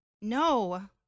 No